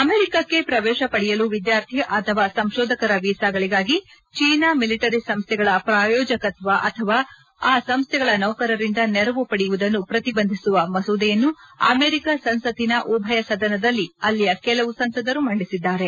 ಅಮೆರಿಕಾಕ್ಸೆ ಪ್ರವೇಶ ಪಡೆಯಲು ವಿದ್ಯಾರ್ಥಿ ಅಥವಾ ಸಂಶೋಧಕರ ವಿಸಾಗಳಿಗಾಗಿ ಚೀನಾ ಮಿಲಿಟರಿ ಸಂಸ್ಥೆಗಳ ಪ್ರಾಯೋಜಕತ್ವ ಅಥವಾ ಆ ಸಂಸ್ಥೆಗಳ ನೌಕರರಿಂದ ನೆರವು ಪಡೆಯುವುದನ್ನು ಪ್ರತಿಬಂಧಿಸುವ ಮಸೂದೆಯನ್ನು ಅಮೆರಿಕಾ ಸಂಸತ್ತಿನ ಉಭಯ ಸದನಗಳಲ್ಲಿ ಅಲ್ಲಿಯ ಕೆಲವು ಸಂಸದರು ಮಂಡಿಸಿದ್ದಾರೆ